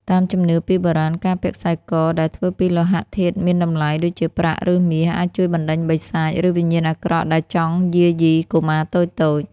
តាមជំនឿពីបុរាណ ការពាក់ខ្សែកដែលធ្វើពីលោហៈធាតុមានតម្លៃ ដូចជាប្រាក់ ឬមាស អាចជួយបណ្តេញបិសាច ឬវិញ្ញាណអាក្រក់ដែលចង់យាយីកុមារតូចៗ។